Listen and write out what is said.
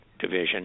division